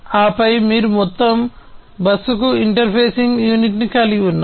ఆపై మీరు మొత్తం బస్సుకు ఇంటర్ఫేసింగ్ యూనిట్ను కలిగి ఉన్నారు